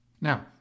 Now